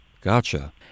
Gotcha